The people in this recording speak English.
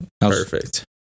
Perfect